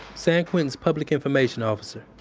san quentin's public information officer.